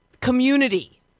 community